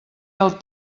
del